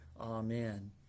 Amen